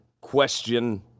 question